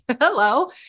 Hello